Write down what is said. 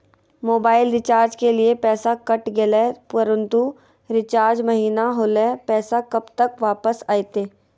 Mobile recharge के लिए पैसा कट गेलैय परंतु रिचार्ज महिना होलैय, पैसा कब तक वापस आयते?